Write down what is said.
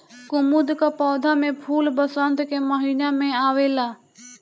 कुमुद कअ पौधा में फूल वसंत के महिना में आवेला